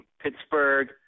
Pittsburgh